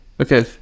Okay